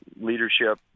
leadership